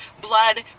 blood